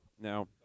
Now